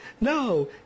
No